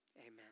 amen